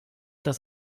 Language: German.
das